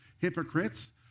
hypocrites